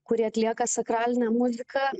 kurie atlieka sakralinę muziką